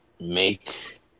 make